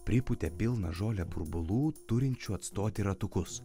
pripūtė pilną žolę burbulų turinčių atstoti ratukus